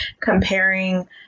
comparing